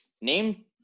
name